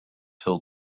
hill